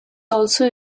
also